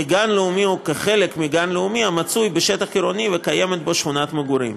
גן לאומי או חלק מגן לאומי המצוי בשטח עירוני וקיימת בו שכונת מגורים.